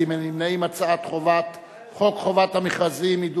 להעביר את הצעת חוק חובת המכרזים (תיקון,